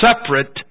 separate